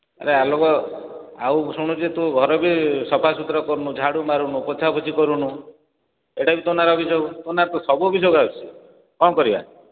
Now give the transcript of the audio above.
ଆରେ ଆଲୋକ ଆଉ ଶୁଣୁଛି ତୁ ଘର ବି ସଫାସୁତୁରା କରୁନୁ ଝାଡୁ ମାରୁନୁ ପୋଛାପୋଛି କରୁନୁ ଏଇଟାବି ତୋ ନାଁରେ ଅଭିଯୋଗ ତୋ ନାଁରେ ତ ସବୁ ଅଭିଯୋଗ ଆସୁଛି କ'ଣ କରିବା